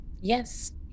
Yes